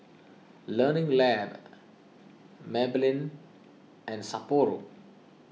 Learning Lab Maybelline and Sapporo